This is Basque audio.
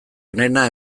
onena